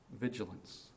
vigilance